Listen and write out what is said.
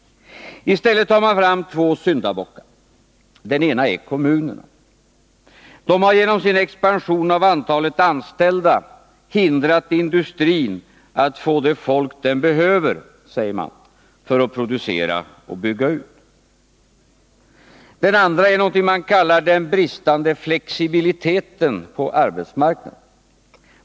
I stället tar man fram två syndabockar. Den ena är kommunerna. De har genom sin expansion av antalet anställda hindrat industrin att få det folk den behöver, säger man, för att producera och bygga ut. Den andra är något man kallar den bristande flexibiliteten på arbetsmarknaden.